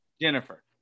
Jennifer